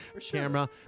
camera